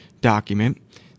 document